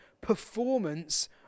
performance